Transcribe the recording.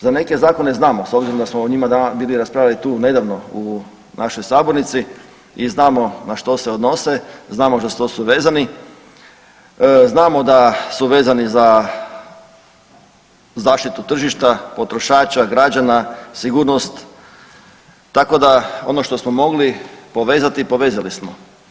Za neke zakone znamo s obzirom da smo o njima bili raspravljali tu nedavno u našoj sabornici i znamo na što se odnose, znamo za što su vezani, znamo da su vezani za zaštitu tržišta, potrošača, građana, sigurnost, tako da ono što smo mogli povezati povezali smo.